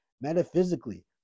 metaphysically